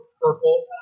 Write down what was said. Purple